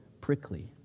prickly